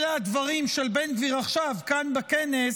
אלה הדברים של בן גביר עכשיו, כאן בכנס,